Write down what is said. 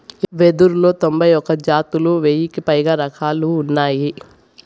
వెదురులో తొంభై ఒక్క జాతులు, వెయ్యికి పైగా రకాలు ఉన్నాయి